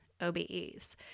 OBEs